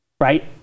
right